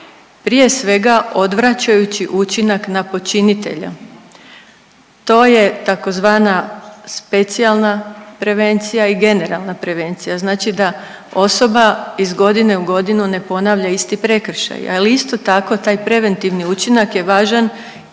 prije svega odvraćajući učinak na počinitelja. To je tzv. specijalna prevencija i generalna prevencija, znači da osoba iz godine u godinu ne ponavlja isti prekršaj, ali isto tako taj preventivni učinak je važan